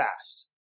fast